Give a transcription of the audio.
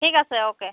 ঠিক আছে অ'কে